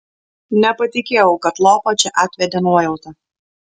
nepatikėjau kad lopą čia atvedė nuojauta